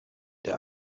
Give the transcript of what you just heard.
der